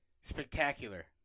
spectacular